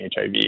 HIV